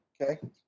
okay